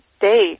day